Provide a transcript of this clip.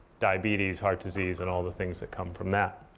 diabetes, heart disease, and all the things that come from that.